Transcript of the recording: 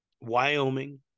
Wyoming